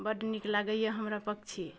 बड नीक लागैये हमरा पक्षी